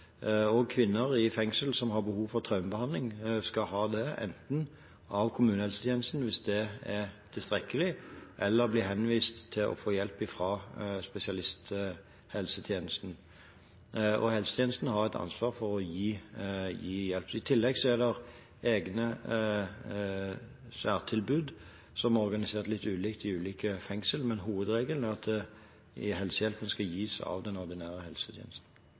er tilstrekkelig, eller bli henvist til å få hjelp fra spesialisthelsetjenesten. Helsetjenesten har et ansvar for å gi hjelp. I tillegg er det egne særtilbud som er organisert litt ulikt i ulike fengsel, men hovedregelen er at helsehjelpen skal gis av den ordinære helsetjenesten.